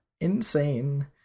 insane